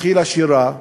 התחילה שירה,